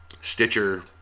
Stitcher